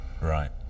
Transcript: right